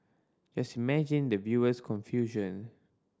just imagine the viewer's confusion